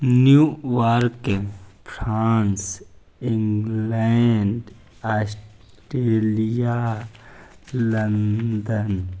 new वाल्क France England Australia London